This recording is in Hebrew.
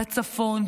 בצפון,